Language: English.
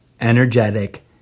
energetic